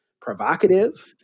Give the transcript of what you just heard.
provocative